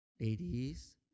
Ladies